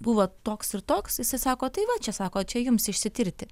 buvo toks ir toks jisai sako tai va čia sako čia jums išsitirti